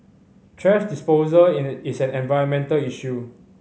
thrash disposal in a is an environmental issue